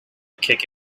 kick